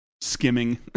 skimming